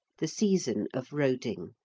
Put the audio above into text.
the season of roding,